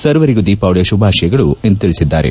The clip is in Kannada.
ಸರ್ವರಿಗೂ ದೀಪಾವಳಿಯ ಶುಭಾಶಯಗಳು ಎಂದು ತಿಳಿಸಿದ್ದಾರೆ